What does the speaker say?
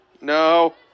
No